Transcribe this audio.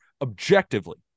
Objectively